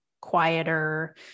quieter